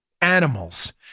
animals